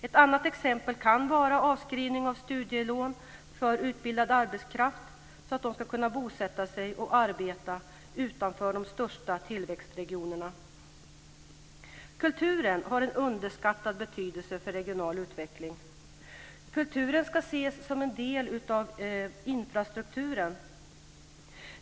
Ett annat exempel kan vara avskrivning av studielån för utbildad arbetskraft så att de ska kunna bosätta sig och arbeta utanför de största tillväxtregionerna. Kulturen har en underskattad betydelse för regional utveckling. Kulturen ska ses som en del av infrastrukturen.